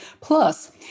Plus